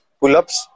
pull-ups